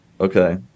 Okay